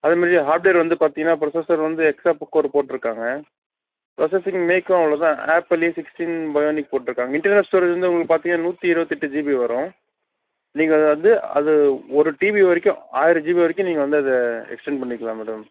அதுமாரி ஹார்ட்வேர் வந்து பார்த்திங்கனா ப்ரொசஸர் வந்து ஹெக்ஸா கோர் போட்டிருக்காங்க ப்ரொசஸரிங் மேக்கும் அவ்வளோவுதான் ஆப்பளி சிக்ஸ்டின் பையோனிக் போட்ருக்காங்க இன்டெர்னல் ஸ்டோரேஜ் வந்து உங்களுக்கு பார்த்திங்கனா நூற்றி இருபத்தெட்டு ஜிபி வரும் நீங்கள் வந்து அதில் ஒரு டிபி வரைக்கும் ஆயிரம் ஜிபி வரைக்கும் நீங்கள் அதை எக்ஸ்டர்ன் பண்ணிக்கலாம் மேடம்